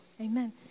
Amen